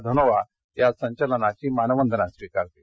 धनोआ या संचलनाची मानवंदना स्वीकारतील